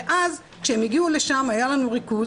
וכשהם הגיעו לשם היה לנו ריכוז.